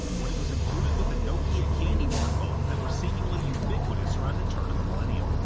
when it was included with the nokia candy bar phones that were seemingly ubiquitous around the turn of the millennium.